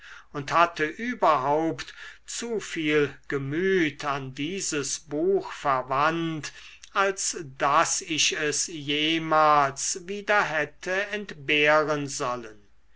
und hatte überhaupt zu viel gemüt an dieses buch verwandt als daß ich es jemals wieder hätte entbehren sollen